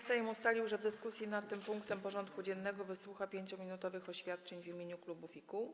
Sejm ustalił, że w dyskusji nad tym punktem porządku dziennego wysłucha 5-minutowych oświadczeń w imieniu klubów i kół.